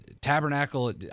tabernacle